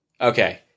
Okay